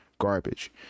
garbage